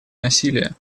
насилия